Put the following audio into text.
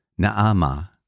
Na'ama